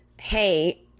hey